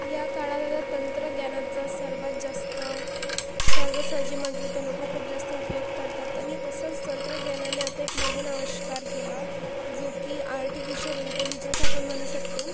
या काळात आता तंत्रज्ञानाचं सर्वात जास्त सहजासहजी म्हटलं तर लोकं खूप जास्त उपयोग करतात आणि तसंच तंत्रज्ञानाने आता एक नवीन आविष्कार केला जो की आर्टिफिशल इंटेलिजन्स आपण म्हणू शकतो